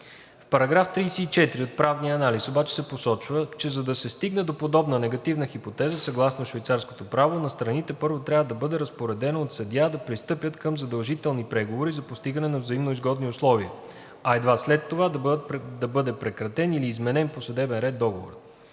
В § 34 от правния анализ обаче се посочва, че за да се стигне до подобна негативна хипотеза, съгласно швейцарското право на страните първо трябва да бъде разпоредено от съдия да пристъпят към задължителни преговори за постигане на взимноизгодни условия, а едва след това да бъде прекратен или изменен по съдебен ред договорът.